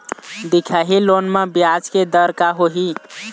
दिखाही लोन म ब्याज के दर का होही?